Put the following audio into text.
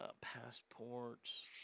Passports